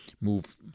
move